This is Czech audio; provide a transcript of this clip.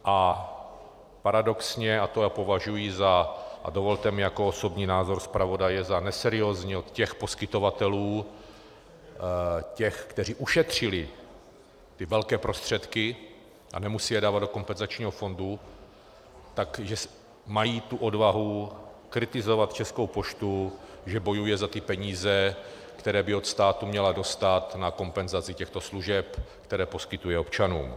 A paradoxně, a to já považuji, a dovolte mi jako osobní názor zpravodaje, za neseriózní od těch poskytovatelů, těch, kteří ušetřili ty velké prostředky a nemusí je dávat do kompenzačního fondu, že mají tu odvahu kritizovat Českou poštu, že bojuje za ty peníze, které by od státu měla dostat na kompenzaci těchto služeb, služeb, které poskytuje občanům.